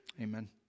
amen